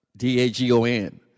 D-A-G-O-N